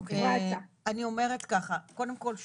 אני אומרת ככה: קודם כל,